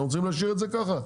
אתם רוצים להשאיר את זה ככה?